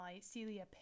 Celia